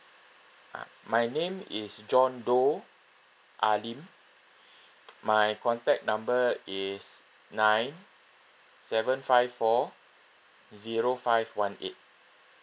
ah my name is john doe ah lim my contact number is nine seven five four zero five one eight